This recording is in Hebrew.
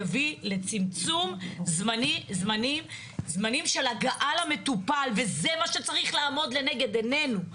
יביא לצמצום זמנים של הגעה למטופל וזה מה שצריך לעמוד לנגד עניינו.